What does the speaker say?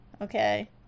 Okay